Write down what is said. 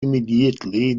immediately